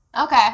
okay